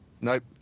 nope